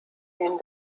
den